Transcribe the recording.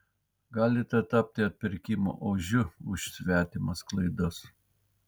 galite tapti atpirkimo ožiu už svetimas klaidas